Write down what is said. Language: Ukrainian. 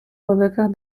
великих